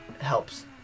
Helps